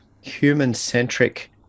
human-centric